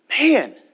man